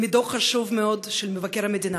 מדוח חשוב מאוד של מבקר המדינה,